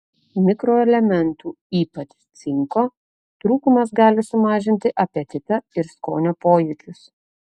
mikroelementų ypač cinko trūkumas gali sumažinti apetitą ir skonio pojūčius